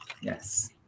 Yes